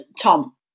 Tom